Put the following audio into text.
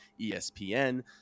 ESPN